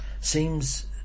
seems